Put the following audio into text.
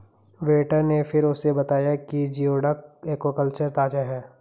waiter ने फिर उसे बताया कि जिओडक एक्वाकल्चर ताजा है